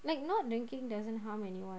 like not drinking doesn't harm anyone